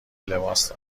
لباس